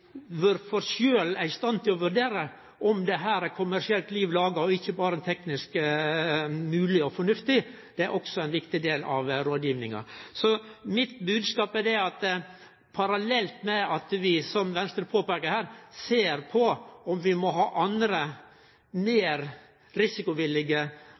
i stand til å vurdere om dette er kommersielt liv laga og ikkje berre teknisk mogleg og fornuftig, er òg ein viktig del av rådgivinga. Min bodskap er at det – parallelt med at vi, som Venstre peikar på her, ser på om vi må ha andre